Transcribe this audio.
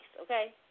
okay